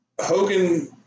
Hogan